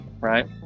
right